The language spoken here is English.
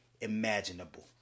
imaginable